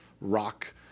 rock